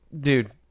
dude